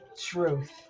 truth